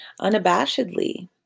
unabashedly